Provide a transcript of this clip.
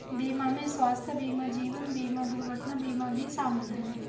बीमा में स्वास्थय बीमा जीवन बिमा दुर्घटना बीमा भी शामिल है